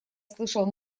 слышал